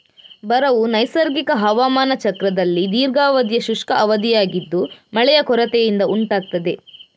ಬರವು ನೈಸರ್ಗಿಕ ಹವಾಮಾನ ಚಕ್ರದಲ್ಲಿ ದೀರ್ಘಾವಧಿಯ ಶುಷ್ಕ ಅವಧಿಯಾಗಿದ್ದು ಮಳೆಯ ಕೊರತೆಯಿಂದ ಉಂಟಾಗ್ತದೆ